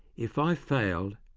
if i failed,